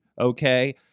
Okay